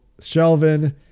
Shelvin